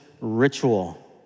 ritual